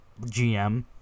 GM